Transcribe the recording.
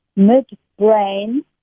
mid-brain